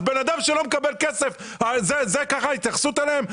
אז בן אדם שלא מקבל כסף, ככה ההתייחסות אליו?